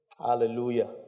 Hallelujah